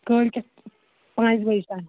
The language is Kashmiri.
کٲلۍ کٮ۪تھ پانٛژِ بَجہِ تانۍ